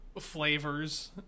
flavors